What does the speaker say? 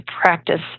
practice